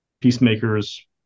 peacemakers